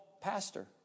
pastor